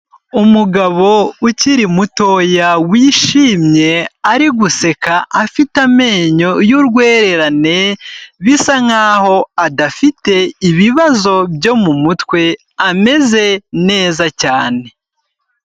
Umugabo ukiri mutoya wishimye, ari guseka, afite amenyo y'urwererane bisa nkaho adafite ibibazo byo mu mutwe, ameze neza cyane.